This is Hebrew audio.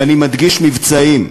ואני מדגיש: מבצעיים.